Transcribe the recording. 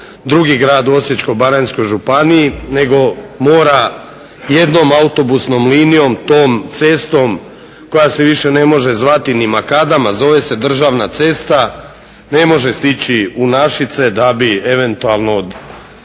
drugi grad u Osječko-baranjskoj županiji nego mora jednom autobusnom linijom tom cestom koja se više ne može zvati ni makadam, a zove se državna cesta ne može stići u Našice da bi eventualno odradio